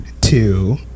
two